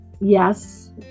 yes